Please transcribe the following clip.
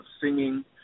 singing